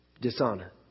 dishonor